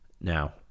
Now